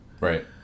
Right